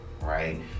right